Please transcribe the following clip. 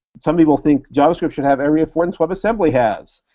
some people think javascript should have every affordance webassembly has.